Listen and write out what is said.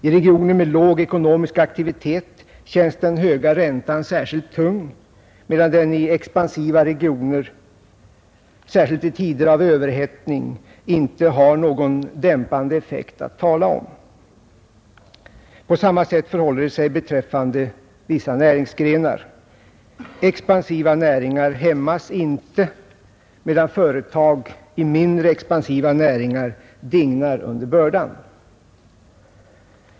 I regioner med låg ekonomisk aktivitet känns den höga räntan särskilt tung, medan den i expansiva regioner, särskilt i tider av överhettning, inte har någon dämpande effekt att tala om. På samma sätt förhåller det sig beträffande vissa näringsgrenar. Expansiva näringar hämmas inte, medan företag i mindre expansiva näringar dignar under bördan.